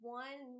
one